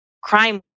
crime